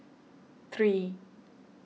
three